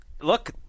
look